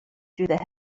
through